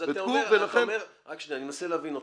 אתה אומר, שניה, אני מנסה להבין אותך.